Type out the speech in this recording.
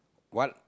what